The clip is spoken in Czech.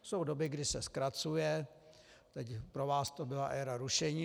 Jsou doby, kdy se zkracuje, teď pro vás to byla éra rušení.